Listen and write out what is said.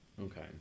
Okay